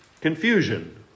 confusion